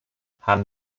haben